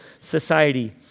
society